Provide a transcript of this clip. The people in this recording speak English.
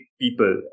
people